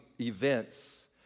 events